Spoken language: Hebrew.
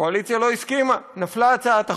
הקואליציה לא הסכימה, ונפלה, הצעת החוק.